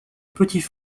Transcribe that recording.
petits